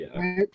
Right